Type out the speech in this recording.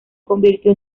convirtió